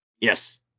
Yes